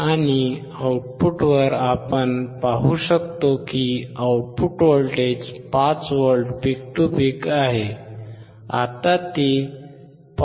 आणि आउटपुटवर आपण पाहू शकतो की output voltage 5V peak to पीकआहे आता ते 5